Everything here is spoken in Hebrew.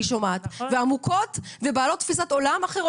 עמוקות ובעלות תפיסת עולם,